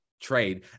trade